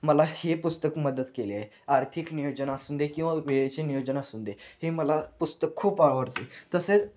मला हे पुस्तक मदत केले आहे आर्थिक नियोजन आसू दे किंवा वेळेची नियोजन असू दे हे मला पुस्तक खूप आवडते तसेच